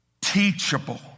teachable